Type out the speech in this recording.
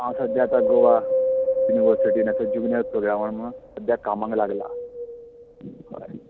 हांव सध्या आता गोवा युनिवर्सटीन आसा बिजनस स्कुलान सध्याक कामांक लागलां